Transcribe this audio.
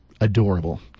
adorable